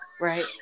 right